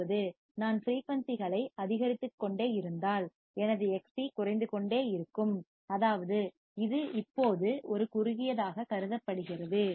அதாவது நான் ஃபிரீயூன்சிகளை அதிகரித்துக்கொண்டே இருந்தால் எனது எக்ஸ்சி Xc குறைந்து கொண்டே இருக்கும் அதாவது இது இப்போது ஒரு குறுகியதாக கருதப்படுகிறது